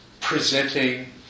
presenting